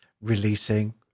releasing